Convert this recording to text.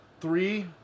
three